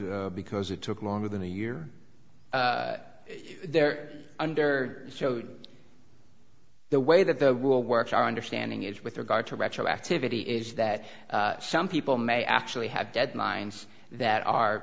d because it took longer than a year there under showed the way that the will works our understanding is with regard to retroactivity is that some people may actually have deadlines that are